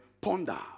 ponder